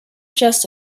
just